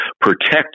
protect